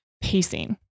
pacing